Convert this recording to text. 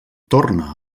torna